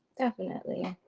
definitely.